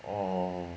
orh